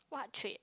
what trait